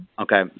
Okay